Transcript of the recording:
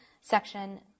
section